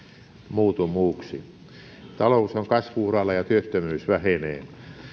muutu muuksi talous on kasvu uralla ja työttömyys vähenee